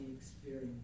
experience